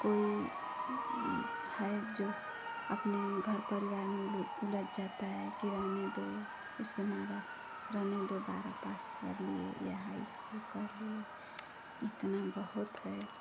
कोई है जो अपने घर परिवार में उलझ जाता है कि रहने दो उसके माँ बाप रहने दो बारह पास कर लिए या हाई स्कूल कर लिए इतना बहुत है